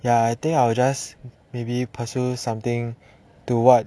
ya I think I will just maybe pursue something to what